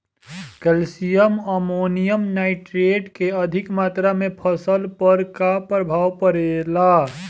Calcium ammonium nitrate के अधिक मात्रा से फसल पर का प्रभाव परेला?